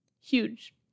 huge